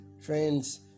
Friends